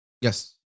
yes